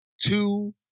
two